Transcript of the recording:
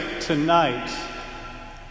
tonight